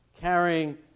carrying